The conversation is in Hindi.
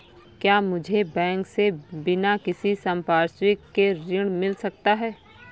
क्या मुझे बैंक से बिना किसी संपार्श्विक के ऋण मिल सकता है?